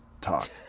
talk